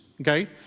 okay